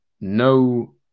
no